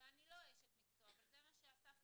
ואני לא אשת מקצוע אבל זה מה שאספנו